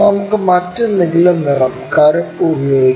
നമുക്ക് മറ്റെന്തെങ്കിലും നിറം കറുപ്പ് ഉപയോഗിക്കാം